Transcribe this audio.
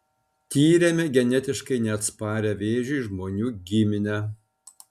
tyrėme genetiškai neatsparią vėžiui žmonių giminę